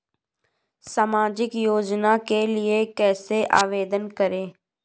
सामाजिक योजना के लिए कैसे आवेदन करें?